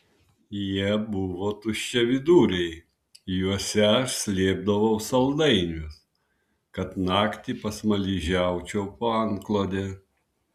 jie buvo tuščiaviduriai juose aš slėpdavau saldainius kad naktį pasmaližiaučiau po antklode